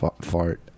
Fart